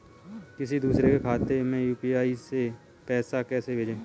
किसी दूसरे के खाते में यू.पी.आई से पैसा कैसे भेजें?